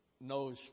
knows